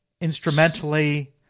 instrumentally